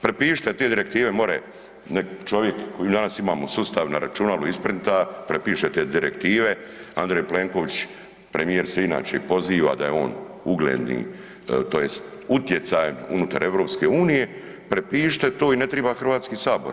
Prepišite te direktive, more neki čovjek koji danas imamo u sustav, na računalu isprinta, prepiše te direktive, Andrej Plenković, premijer se i inače poziva da je on ugledni, tj. utjecajan unutar EU, prepišite to i ne triba Hrvatski sabor.